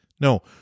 No